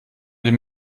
den